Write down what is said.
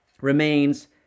remains